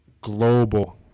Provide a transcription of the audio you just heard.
global